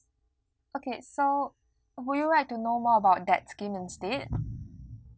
okay so would you like to know more about that scheme instead